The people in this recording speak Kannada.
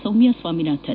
ಸೌಮ್ಯಾ ಸ್ವಾಮಿನಾಥನ್